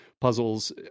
puzzles